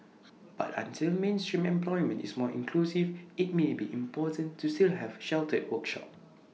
but until mainstream employment is more inclusive IT may be important to still have sheltered workshop